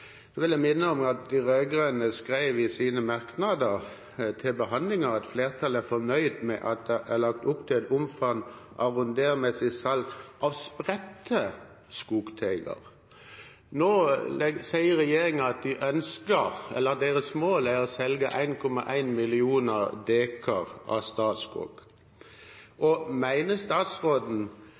vil minne om at de rød-grønne i sine merknader i Innst. 153 S for 2010–2011 skrev at «flertallet er fornøyd med at det er lagt opp til et omfattende arronderingssalg av spredte skogteiger». Nå sier regjeringen at deres mål er å selge 1,1 millioner dekar av Statskog. Mener statsråden